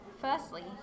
firstly